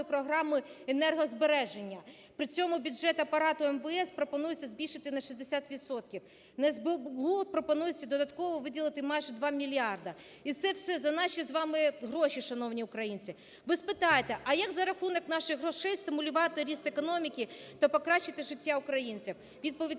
програми енергозбереження. При цьому бюджет Апарату МВС пропонується збільшити на 60 відсотків, на СБУ пропонується додатково виділити майже 2 мільярда. І це все за наші з вами гроші, шановні українці. Ви спитаєте, а як за рахунок наших грошей стимулювати ріст економіки та покращити життя українців? Відповідь